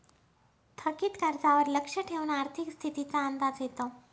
थकीत कर्जावर लक्ष ठेवून आर्थिक स्थितीचा अंदाज येतो